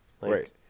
Right